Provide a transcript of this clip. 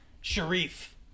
Sharif